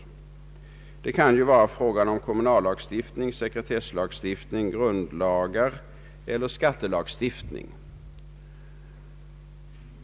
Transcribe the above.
Det kan vara fråga om kommunallagstiftning, sekretesslagstiftning, grundlagar eller skattelagstiftning.